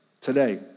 today